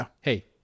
Hey